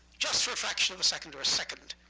just for a fraction of a second or a second.